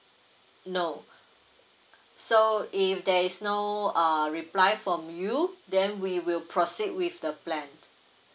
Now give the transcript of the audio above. no uh so if there is no err reply from you then we will proceed with the plan